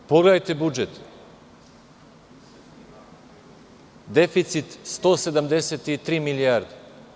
Pogledajte budžet – deficit 173 milijarde.